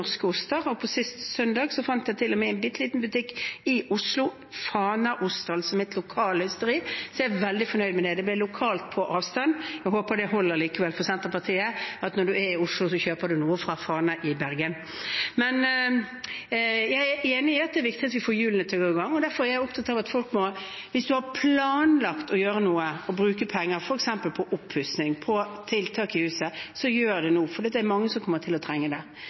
Sist søndag fant jeg til og med i en bitte liten butikk – i Oslo – Fanaost, altså fra mitt lokale ysteri, så jeg var veldig fornøyd med det. Det ble lokalt på avstand. Jeg håper det holder likevel for Senterpartiet, at når du er i Oslo, kjøper du noe som er fra Fana i Bergen. Men jeg er enig i at det er viktig at vi får hjulene i gang, og derfor er jeg opptatt av at hvis du har planlagt å gjøre noe, å bruke penger f.eks. på oppussing, på tiltak i huset, så gjør det nå, for det er mange som kommer til å trenge det.